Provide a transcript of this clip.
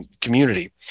community